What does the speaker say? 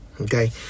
okay